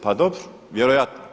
Pa dobro, vjerojatno.